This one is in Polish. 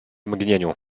mgnieniu